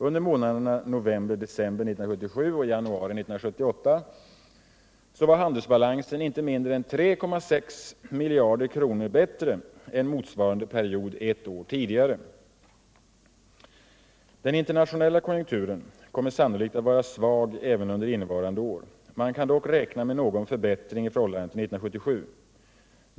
Under månaderna november-december 1977 och januari 1978 var handelsbalansen inte mindre än 3,6 miljarder kronor bättre än motsvarande period ett år tidigare. Den internationella konjunkturen kommer sannolikt att vara svag även under innevarande år. Man kan dock räkna med någon förbättring i förhållande till 1977.